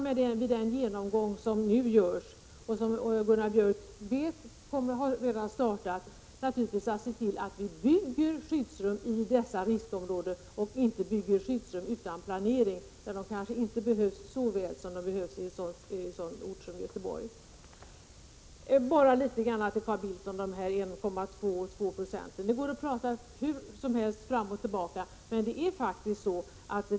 Vid den genomgång som redan nu har startat, vilket Gunnar Björk vet, kommer man naturligtvis därför att se till att skyddsrum byggs i dessa riskområden och inte i områden som nu där det kanske inte behövs skyddsrum lika väl som i en ort som Göteborg. Så några ord till Carl Bildt om de 1,2 eller 2 procenten. Det går att prata fram och tillbaka om de här siffrorna, men detta stämmer faktiskt inte riktigt.